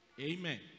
Amen